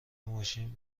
ماشین